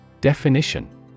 Definition